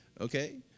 Okay